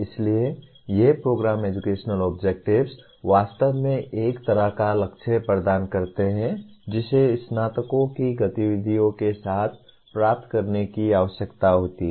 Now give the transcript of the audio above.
इसलिए ये programme educational objectives वास्तव में एक तरह का लक्ष्य प्रदान करते हैं जिसे स्नातकों की गतिविधियों के साथ प्राप्त करने की आवश्यकता होती है